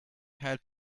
had